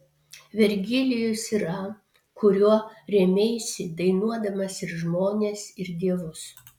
vergilijus yra kuriuo rėmeisi dainuodamas ir žmones ir dievus